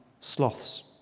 sloths